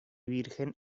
virgen